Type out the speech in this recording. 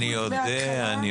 אני יודע.